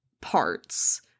parts